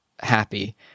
happy